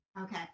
okay